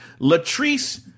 Latrice